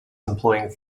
employing